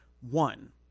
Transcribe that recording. one